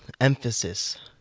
emphasis